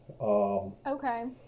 Okay